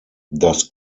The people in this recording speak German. das